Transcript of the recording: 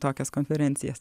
tokias konferencijas